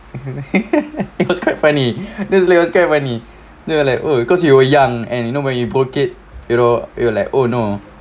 it was quite funny that was like quite funny they were like oh cause you were young and and you know when you broke it you know it were like oh no